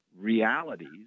realities